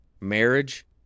Marriage